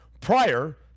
prior